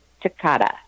Takata